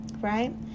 right